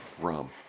rum